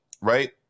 right